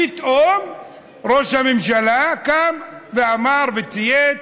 פתאום ראש הממשלה קם ואמר וצייץ: